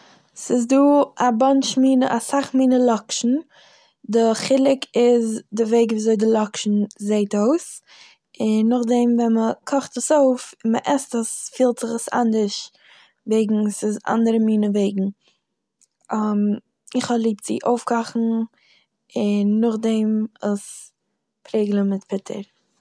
ס'איז דא א באנטש מינע- אסאך מינע לאקשן, די חילוק איז די וועג ווי אזוי די לאקשן זעט אויס, און נאכדעם ווען מ'קאכט עס אויף און מ'עסט עס פילט זיך עס אנדערש, וועגן ס'איז אנדערע מינע וועגן, איך האב ליב צו אויפקאכן און נאכדעם עס פרעגלען מיט פוטער.